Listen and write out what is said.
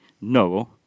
no